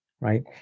right